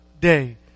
day